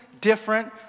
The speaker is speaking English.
different